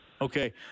Okay